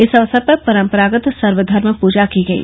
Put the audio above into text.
इस अवसर पर परम्परागत सर्वधर्म पूजा की गई